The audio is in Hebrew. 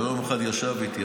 יום אחד ישב איתי,